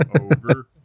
over